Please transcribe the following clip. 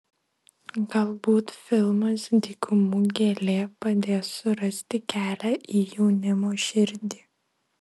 galbūt filmas dykumų gėlė padės surasti kelią į jaunimo širdį